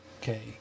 Okay